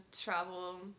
travel